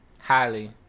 Highly